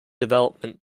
development